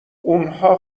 اونها